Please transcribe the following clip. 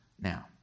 now